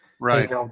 Right